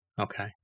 Okay